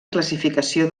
classificació